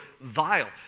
vile